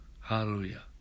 Hallelujah